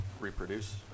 reproduce